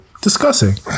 discussing